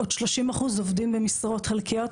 בעוד 30% עובדים במשרות חלקיות.